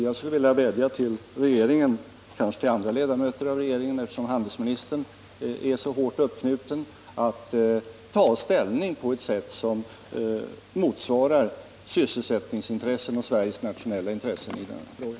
Jag skulle vilja vädja till regeringen — kanske till andra ledamöter än handelsministern, eftersom handelsministern är så hårt uppknuten — att ta ställning på ett sätt som svarar mot sysselsättningsintressena och Sveriges nationella intressen i denna fråga.